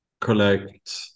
collect